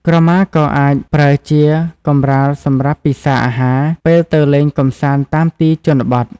ក្រមាក៏អាចប្រើជា កម្រាលសម្រាប់ពិសាអាហារ ពេលទៅលេងកម្សាន្តតាមទីជនបទ។